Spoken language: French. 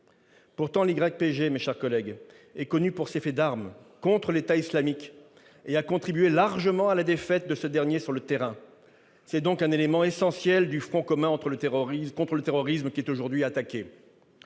Pourtant, mes chers collègues, l'YPG est connue pour ses faits d'armes contre l'État islamique et a contribué largement à la défaite de ce dernier sur le terrain. C'est donc une composante essentielle du front commun contre le terrorisme qui est aujourd'hui attaquée.